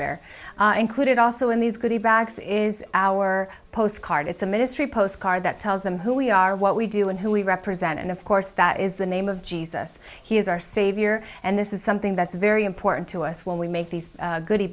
bear included also in these goody bags is our postcard it's a ministry postcard that tells them who we are what we do and who we represent and of course that is the name of jesus he is our savior and this is something that's very important to us when we make these good